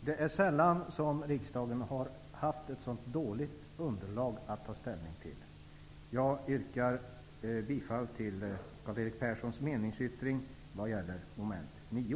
Det är sällan som riksdagen har haft ett sådant dåligt underlag att ta ställning till. Jag yrkar bifall till Karl-Erik Perssons meningsyttring vad gäller mom. 9.